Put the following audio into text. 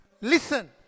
listen